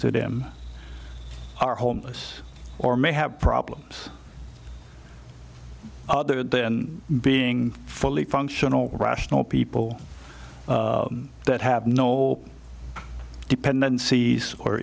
to them are homeless or may have problems other than being fully functional rational people that have no dependencies or